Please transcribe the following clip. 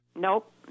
Nope